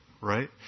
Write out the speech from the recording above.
right